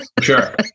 sure